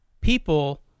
people